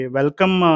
welcome